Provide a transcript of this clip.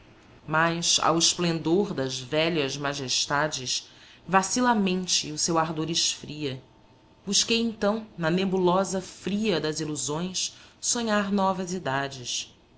idades mas ao esplendor das velhas majestades vacila a mente e o seu ardor esfria busquei então na nebulosa fria das ilusões sonhar novas idades